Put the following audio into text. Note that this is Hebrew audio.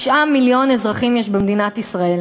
9 מיליון אזרחים יש במדינת ישראל,